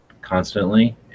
constantly